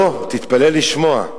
לא, תתפלא לשמוע,